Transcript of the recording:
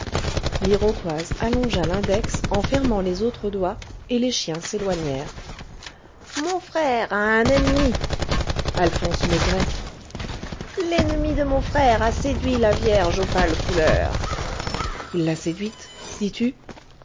l'iroquoise allongea l'index en fermant les autres doigts et les chiens s'éloignèrent mon frère a un ennemi alphonse maigret l'ennemi de mon frère a séduit la vierge aux pâles couleurs il l'a séduite dis-tu